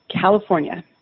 California